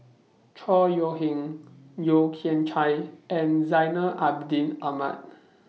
Chor Yeok Eng Yeo Kian Chai and Zainal Abidin Ahmad